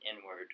inward